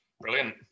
Brilliant